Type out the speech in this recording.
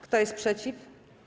Kto jest przeciw?